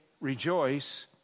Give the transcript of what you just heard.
rejoice